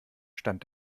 stand